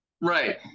Right